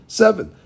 seven